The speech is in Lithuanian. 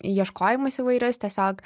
ieškojimus įvairius tiesiog